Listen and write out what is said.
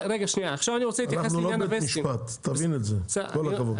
אנחנו לא בית משפט, תבין את זה, עם כל הכבוד.